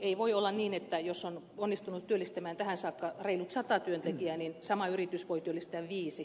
ei voi olla niin että jos on onnistunut työllistämään tähän saakka reilut sata työntekijää niin sama yritys voi työllistää viisi